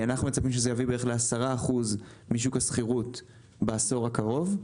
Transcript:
אנחנו מצפים שזה יביא בערך ל-10% משוק השכירות בעשור הקרוב,